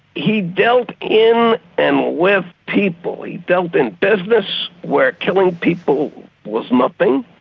he dealt in and with people, he dealt in business where killing people was nothing,